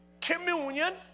Communion